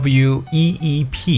weep